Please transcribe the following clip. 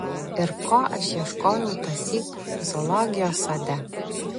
ir ko aš ieškojau tąsyk zoologijos sode